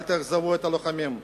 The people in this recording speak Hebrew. אל תאכזבו את הלוחמים.